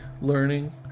learning